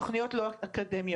תוכניות לא אקדמיות.